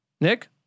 Nick